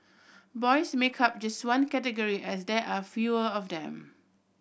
boys make up just one category as there are fewer of them